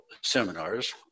seminars